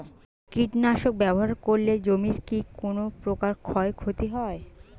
কীটনাশক ব্যাবহার করলে জমির কী কোন প্রকার ক্ষয় ক্ষতি হয়?